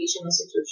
institution